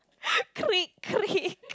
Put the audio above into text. creek creek